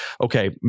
okay